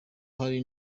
hari